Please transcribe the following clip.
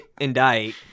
indict